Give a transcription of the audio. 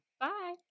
Bye